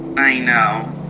i know